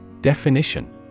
Definition